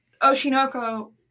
Oshinoko